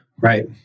Right